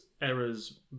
errors